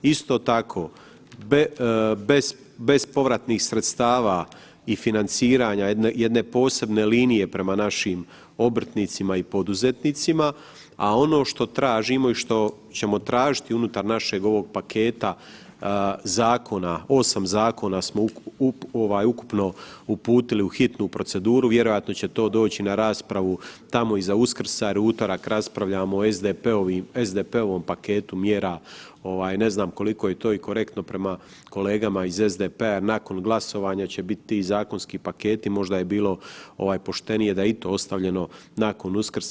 Isto tako bespovratnih sredstava i financiranja jedne posebne linije prema našim obrtnicima i poduzetnicima, a ono što tražimo i što ćemo tražiti unutar našeg ovog paketa zakona, 8 zakona smo ukupno uputili u hitnu proceduru, vjerojatno će to doći na raspravu tamo iza Uskrsa jer u utorak raspravljamo o SDP-ovom paketu mjera, ne znam koliko je to korektno i prema kolegama iz SDP-a, nakon glasovanja će biti ti zakonski paketi i možda je bilo poštenije da je i to ostavljeno nakon Uskrsa.